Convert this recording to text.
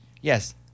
Yes